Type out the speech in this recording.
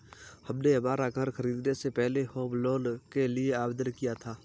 हमने हमारा घर खरीदने से पहले होम लोन के लिए आवेदन किया था